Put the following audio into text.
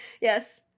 Yes